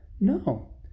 no